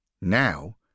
Now